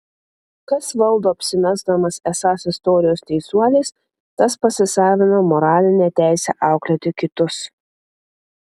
kas valdo apsimesdamas esąs istorijos teisuolis tas pasisavina moralinę teisę auklėti kitus